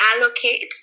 allocate